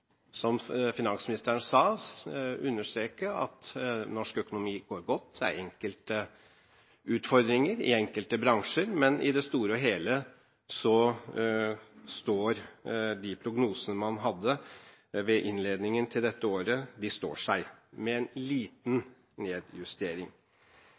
som finansministeren sa – understreke at norsk økonomi går godt. Det er enkelte utfordringer i enkelte bransjer, men de prognosene man hadde ved innledningen til dette året, står seg – i det store og det hele – med en